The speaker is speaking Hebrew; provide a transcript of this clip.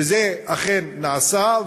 וזה אכן נעשה,